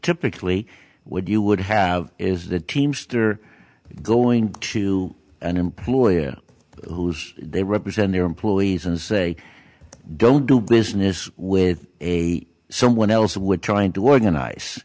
typically would you would have is that teamster going to an employer who's they represent their employees and say don't do business with a someone else would trying to organize